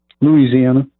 Louisiana